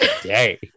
today